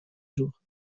jours